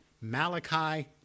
Malachi